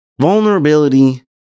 Vulnerability